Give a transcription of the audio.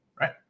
right